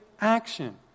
action